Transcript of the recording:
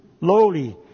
lowly